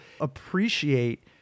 appreciate